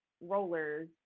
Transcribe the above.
Rollers